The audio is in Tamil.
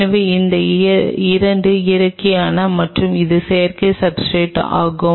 எனவே இந்த 2 இயற்கையானவை மற்றும் இது செயற்கை சப்ஸ்ர்டேட் ஆகும்